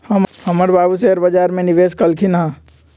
हमर बाबू शेयर बजार में निवेश कलखिन्ह ह